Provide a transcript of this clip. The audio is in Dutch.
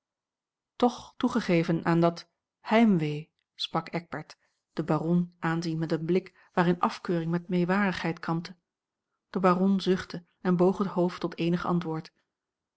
toch toegegeven aan dat heimwee sprak eckbert den baron aanziend met een blik waarin afkeuring met meewarigheid kampte de baron zuchtte en boog het hoofd tot eenig antwoord